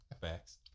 Facts